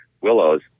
willows